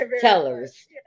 tellers